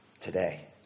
today